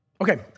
Okay